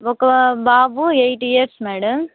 ఒక బాబు eight years madam